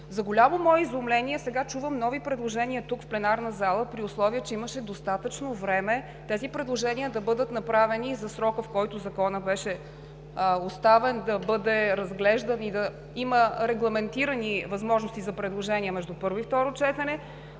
За голямо мое изумление сега чувам нови предложения тук в пленарната зала, при условие че имаше достатъчно време тези предложения да бъдат направени за срока, в който Законът беше оставен да бъде разглеждан и да има регламентирани възможности за предложения между първо и второ четене,